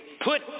put